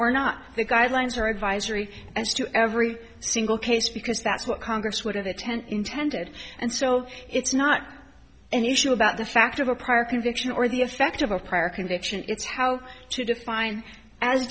or not the guidelines are advisory as to every single case because that's what congress would have the tenth intended and so it's not an issue about the fact of a prior conviction or the effect of a prior conviction it's how to define as